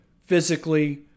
physically